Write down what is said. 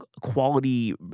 quality